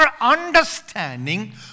understanding